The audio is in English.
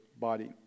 body